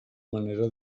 manera